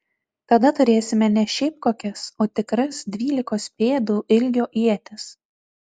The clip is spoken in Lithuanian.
tada turėsime ne šiaip kokias o tikras dvylikos pėdų ilgio ietis